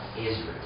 Israel